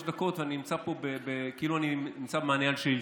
דקות ונמצא כאילו שאני במענה על שאילתות.